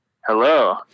Hello